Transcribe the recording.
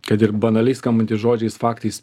kad ir banaliai skambantys žodžiais faktais